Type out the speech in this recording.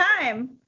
time